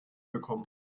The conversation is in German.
bekommen